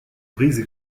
brise